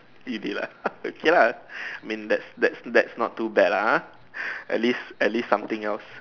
you did lah okay lah means that's that's that's not too bad lah at least at least something else